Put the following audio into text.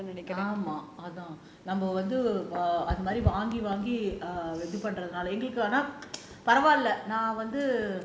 ஆமா அதான் நம்ம வந்து அந்த மாரி வாங்கி வாங்கி இதுபண்றது நால எங்களுக்கு ஆனா பரவால்ல நான் வந்து:aama athaan namma vanthu antha maari vaangi vaangi ithupandrathu naala engalukku aana paravaalla naan vanthu